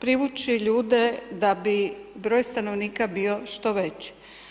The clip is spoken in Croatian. privući ljude da bi broj stanovnika bio što veći.